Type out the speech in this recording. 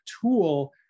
tool